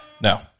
No